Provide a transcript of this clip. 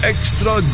Extra